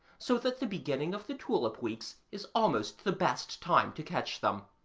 so that the beginning of the tulip weeks is almost the best time to catch them.